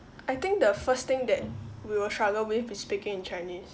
I think the first thing that we will struggle with is speaking in chinese